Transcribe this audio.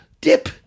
dip